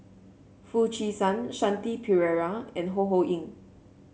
Foo Chee San Shanti Pereira and Ho Ho Ying